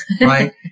right